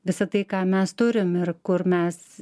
visa tai ką mes turim ir kur mes